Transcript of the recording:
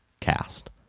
cast